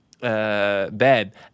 bad